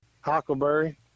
Huckleberry